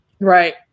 right